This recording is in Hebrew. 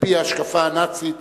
על-פי ההשקפה הנאצית,